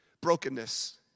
Brokenness